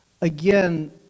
Again